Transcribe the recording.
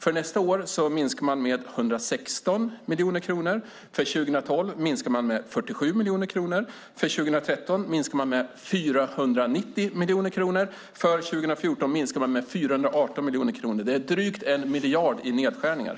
För nästa år minskar man med 116 miljoner kronor, för 2012 minskar man med 47 miljoner kronor, för 2013 minskar man med 490 miljoner kronor och för 2014 minskar man med 418 miljoner kronor. Det är drygt 1 miljard i nedskärningar.